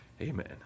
amen